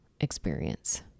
experience